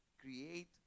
create